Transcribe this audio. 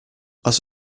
aus